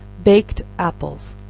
baked apples.